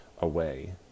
away